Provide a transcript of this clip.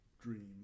dream